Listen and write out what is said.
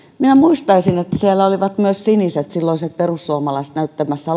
minä muistaisin että ennen vaaleja siellä olivat myös siniset silloiset perussuomalaiset näyttämässä